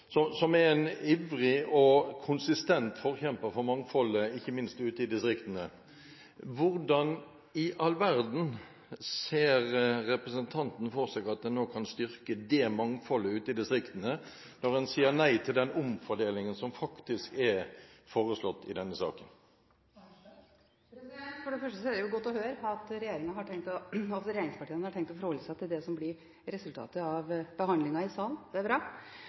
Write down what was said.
Senterpartiet, som er en ivrig og konsistent forkjemper for mangfoldet, ikke minst ute i distriktene, er: Hvordan i all verden ser representanten for seg at en nå kan styrke mangfoldet ute i distriktene når en sier nei til den omfordelingen som faktisk er foreslått i denne saken? Det er godt å høre at regjeringspartiene har tenkt å forholde seg til det som blir resultatet av behandlingen i salen. Det er bra.